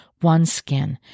OneSkin